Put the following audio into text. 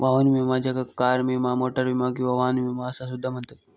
वाहन विमा ज्याका कार विमा, मोटार विमा किंवा वाहन विमा असा सुद्धा म्हणतत